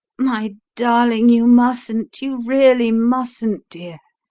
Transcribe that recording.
my darling, you mustn't you really mustn't, dear.